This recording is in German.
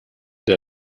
der